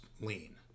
lean